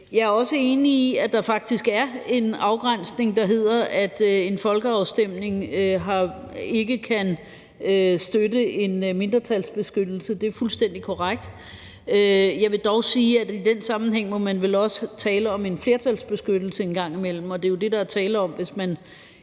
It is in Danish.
Jeg er også enig i, at der faktisk er en afgrænsning, der hedder, at en folkeafstemning ikke kan støtte en mindretalsbeskyttelse, det er fuldstændig korrekt. Jeg vil dog sige, at man i den sammenhæng vel også må tale om en flertalsbeskyttelse en gang imellem, og det er jo det, der er tale om, hvis man